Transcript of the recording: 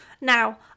Now